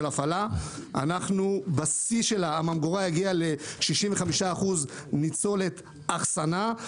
הפעלה אנחנו בשיא הממגורה הגיעה ל-65% ניצולת אחסנה.